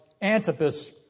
Antipas